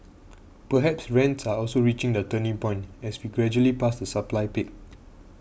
perhaps rents are also reaching their turning point as we gradually pass the supply peak